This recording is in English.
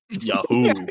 Yahoo